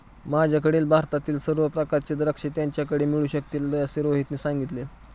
माझ्याकडील भारतातील सर्व प्रकारची द्राक्षे त्याच्याकडे मिळू शकतील असे रोहनने सांगितले